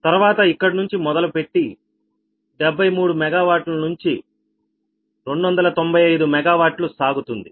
తర్వాత ఇక్కడి నుంచి మొదలుపెట్టి 73 MW నుంచి 295 MW సాగుతుంది